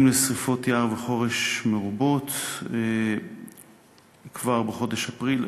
לשרפות יער וחורש מרובות כבר בחודש אפריל,